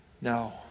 No